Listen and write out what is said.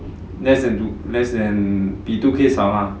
less than two less than 比 two K 少 lah